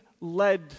led